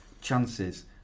chances